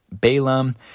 Balaam